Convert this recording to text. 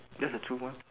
that's the truth mah